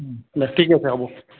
দে ঠিক আছে হ'ব